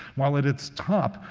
while at its top,